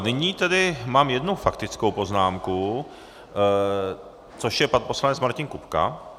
Nyní tedy mám jednu faktickou poznámku, což je pan poslanec Martin Kupka.